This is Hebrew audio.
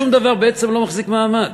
שום דבר בעצם לא מחזיק מעמד.